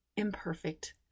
imperfect